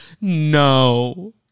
no